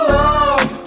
love